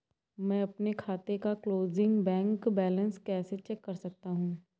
मैं अपने खाते का क्लोजिंग बैंक बैलेंस कैसे चेक कर सकता हूँ?